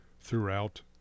throughout